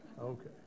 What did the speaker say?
Okay